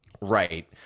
right